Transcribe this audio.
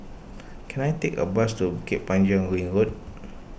can I take a bus to Bukit Panjang Ring Road